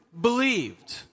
believed